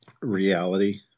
reality